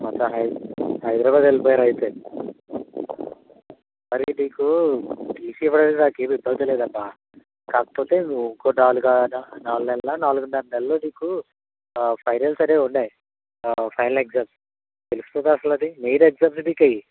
మొత్తాని హైదా హైదరాబాద్ వెళ్ళిపోయారు అయితే మరి నీకు టీసీ ఇవ్వడానికి నాకేమి ఇబ్బంది లేదమ్మా కాకపోతే నవ్వు కూడ నాలుగా నాలుగు నెల్ల నాలుగున్నర నెలలో నీకు ఫైనల్స్ అనేవి ఉన్నాయి ఫైనల్ ఎగ్జామ్స్ తెలుసు కదా అసలు అది మెయిన్ ఎగ్జామ్స్ నీకవి